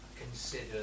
consider